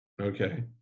Okay